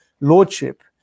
Lordship